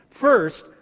First